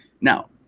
Now